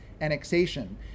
annexation